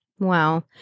Wow